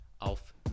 auf